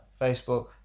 Facebook